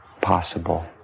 possible